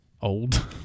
old